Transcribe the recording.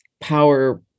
power